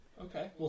Okay